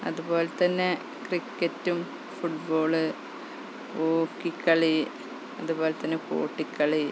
അതുപോലെത്തന്നെ ക്രിക്കറ്റും ഫുട്ബോൾ ഹോക്കിക്കളി അതുപോലെത്തന്നെ ഗോട്ടിക്കളി